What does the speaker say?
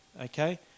okay